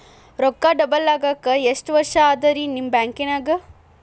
ರೊಕ್ಕ ಡಬಲ್ ಆಗಾಕ ಎಷ್ಟ ವರ್ಷಾ ಅದ ರಿ ನಿಮ್ಮ ಬ್ಯಾಂಕಿನ್ಯಾಗ?